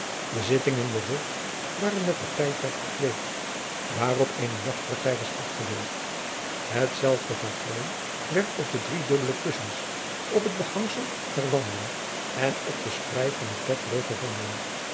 de zitting en de rug waren met tapijtwerk bekleed waarop eene jachtpartij was afgebeeld hetzelfde patroon werd op de driedubbele kussens op het behangsel der wanden en op de sprei van het bed teruggevonden